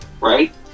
right